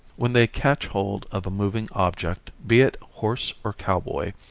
when they catch hold of a moving object, be it horse or cowboy,